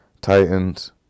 Titans